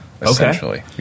essentially